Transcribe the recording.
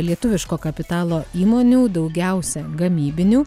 lietuviško kapitalo įmonių daugiausia gamybinių